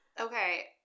Okay